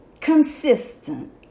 consistent